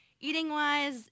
eating-wise